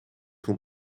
kon